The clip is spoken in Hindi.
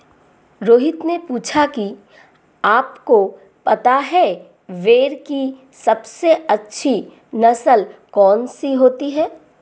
रोहित ने पूछा कि आप को पता है भेड़ की सबसे अच्छी नस्ल कौन सी होती है?